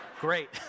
Great